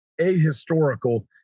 ahistorical